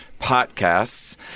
podcasts